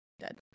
dead